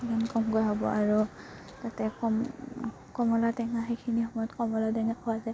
কমকৈ হ'ব আৰু যাতে কম কমলা টেঙা সেইখিনি সময়ত কমলা টেঙা খোৱা যায়